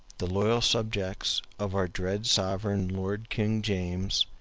the loyal subjects of our dread sovereign lord king james,